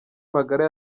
magara